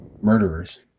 murderers